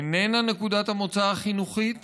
איננה נקודת המוצא החינוכית